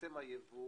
עצם הייבוא